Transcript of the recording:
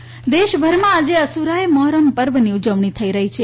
મહોરમ દેશભરમાં આજે આશુરા એ મહોરમ પર્વની ઉજવણી થઇ રહી છે